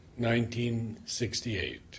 1968